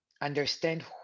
Understand